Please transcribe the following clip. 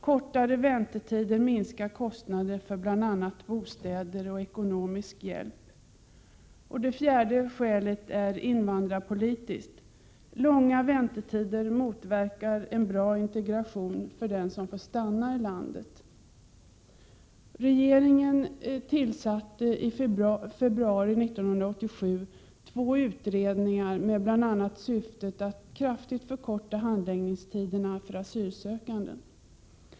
Kortare väntetider minskar kostnader för bl.a. bostäder och ekonomisk hjälp. Det fjärde skälet är invandrarpolitiskt. Långa väntetider motverkar en bra integration för den som får stanna i landet. Regeringen tillsatte i februari 1987 två utredningar med bl.a. syftet att kraftigt förkorta handläggningstiderna för asylsökande.